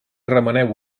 remeneu